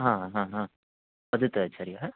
हा ह ह वदतु आचार्यः